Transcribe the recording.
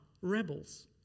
rebels